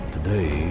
Today